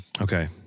okay